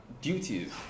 duties